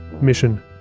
Mission